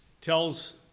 tells